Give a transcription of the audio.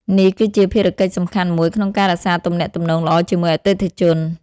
នេះគឺជាភារកិច្ចសំខាន់មួយក្នុងការរក្សាទំនាក់ទំនងល្អជាមួយអតិថិជន។